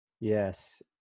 Yes